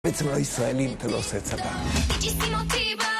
בעצם לישראלים אתה לא עושה צבא.